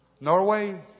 Norway